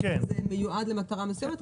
זה מיועד למטרה מסוימת,